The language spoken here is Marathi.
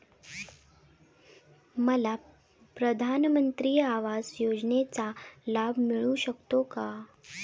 मला प्रधानमंत्री आवास योजनेचा लाभ मिळू शकतो का?